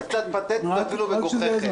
הטענה הזאת קצת פתטית ואפילו מגוחכת.